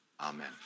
Amen